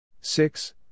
Six